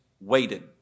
waited